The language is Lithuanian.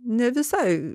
ne visai